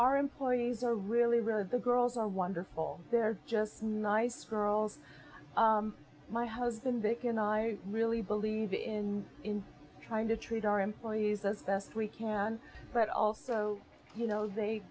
our employees are really really the girls are wonderful they're just nice girls my husband began i really believe in trying to treat our employees as best we can but also you know they